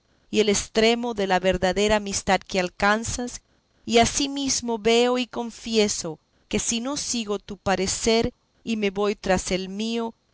y el estremo de la verdadera amistad que alcanzas y ansimesmo veo y confieso que si no sigo tu parecer y me voy tras el mío